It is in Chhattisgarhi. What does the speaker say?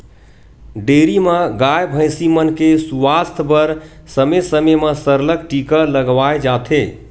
डेयरी म गाय, भइसी मन के सुवास्थ बर समे समे म सरलग टीका लगवाए जाथे